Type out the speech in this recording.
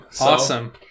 Awesome